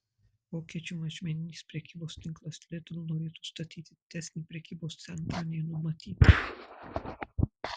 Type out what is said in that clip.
vokiečių mažmeninės prekybos tinklas lidl norėtų statyti didesnį prekybos centrą nei numatyta